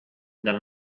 than